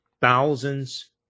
Thousands